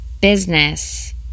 business